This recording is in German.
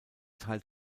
teilt